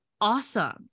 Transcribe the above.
awesome